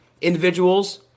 individuals